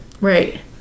right